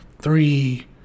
three